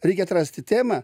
reikia atrasti temą